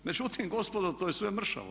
Međutim, gospodo to je sve mršavo.